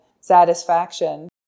satisfaction